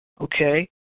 Okay